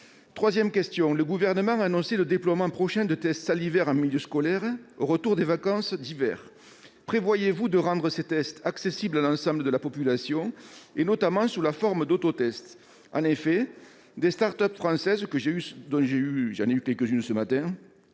Troisièmement, le Gouvernement a annoncé le déploiement prochain de tests salivaires en milieu scolaire, au retour des vacances d'hiver. Prévoyez-vous de rendre ces tests accessibles à l'ensemble de la population, notamment sous la forme d'autotests ?